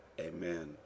amen